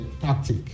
tactic